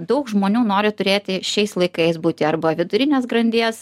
daug žmonių nori turėti šiais laikais būti arba vidurinės grandies